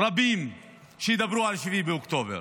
רבים שידברו על 7 באוקטובר.